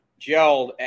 gelled